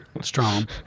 Strong